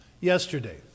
Yesterday